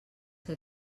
que